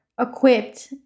equipped